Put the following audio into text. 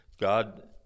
God